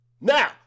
Now